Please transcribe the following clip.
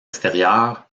extérieures